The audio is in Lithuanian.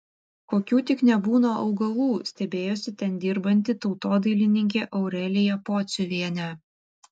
kokių tik nebūna augalų stebėjosi ten dirbanti tautodailininkė aurelija pociuvienė